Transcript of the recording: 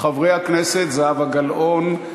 חברי הכנסת זהבה גלאון,